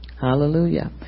Hallelujah